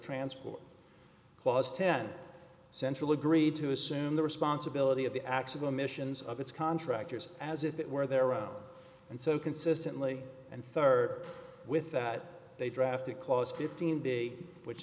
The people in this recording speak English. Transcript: transport plus ten central agreed to assume the responsibility of the acts of the missions of its contractors as if it were their own and so consistently and third with that they drafted clause fifteen day which